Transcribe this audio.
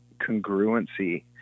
congruency